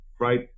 right